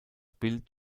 bild